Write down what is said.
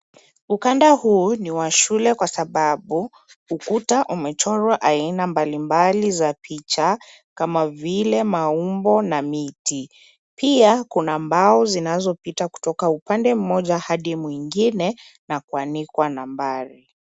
Ukanda huu ni wa shule kwa sababu ukuta umechorwa aina mbalimbali za picha kama vile maumbo na miti. Pia kuna mbao zinazopita kutoka upande mmoja hadi mwingine na kuandikwa nambari.